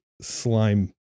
slime